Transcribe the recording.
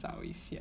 找一下